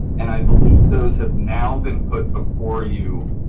and i believe those have now been put before you,